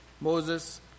Moses